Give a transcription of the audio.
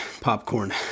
popcorn